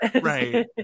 Right